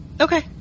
Okay